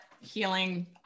healing